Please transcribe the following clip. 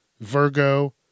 Virgo